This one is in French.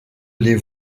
les